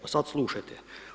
A sada slušajte.